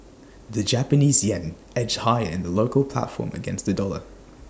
the Japanese Yen edged higher in the local platform against the dollar